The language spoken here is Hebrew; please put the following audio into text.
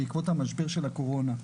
בעקבות המשבר של הקורונה,